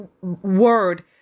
word